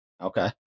okay